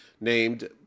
named